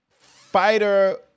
fighter